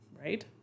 Right